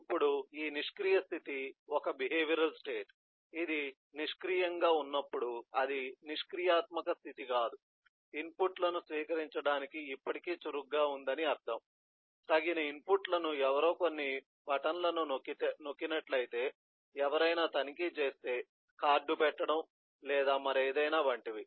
ఇప్పుడు ఈ నిష్క్రియ స్థితి ఒక బిహేవియరల్ స్టేట్ ఇది నిష్క్రియంగా ఉన్నప్పుడు అది నిష్క్రియాత్మక స్థితి కాదు ఇన్పుట్లను స్వీకరించడానికి ఇప్పటికీ చురుకుగా ఉంది అని అర్ధం తగిన ఇన్పుట్లను ఎవరో కొన్ని బటన్లను నొక్కినట్లయితే ఎవరైనా తనిఖీ చేస్తే కార్డు పెట్టడం లేదా మరేదయినా వంటివి